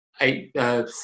eight